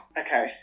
Okay